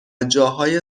جاهای